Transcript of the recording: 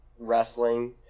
wrestling